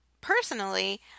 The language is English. personally